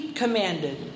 commanded